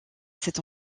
cet